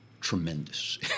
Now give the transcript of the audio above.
tremendous